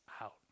out